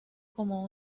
como